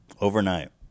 Overnight